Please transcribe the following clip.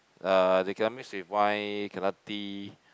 uh they cannot mix with wine cannot tea